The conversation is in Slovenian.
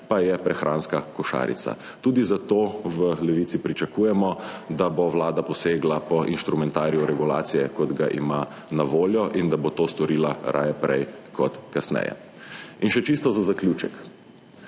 pa je prehranska košarica. Tudi za to v Levici pričakujemo, da bo vlada posegla po inštrumentariju regulacije, kot ga ima na voljo, in da bo to storila raje prej kot kasneje. In še čisto za zaključek.